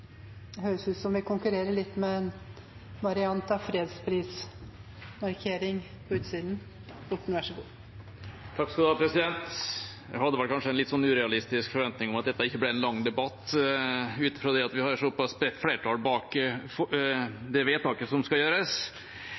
Jeg hadde en kanskje litt urealistisk forventning om at dette ikke ble en lang debatt, ut fra det at vi har et såpass bredt flertall bak det vedtaket som skal gjøres.